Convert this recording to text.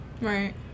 right